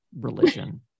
religion